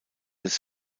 des